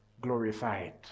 glorified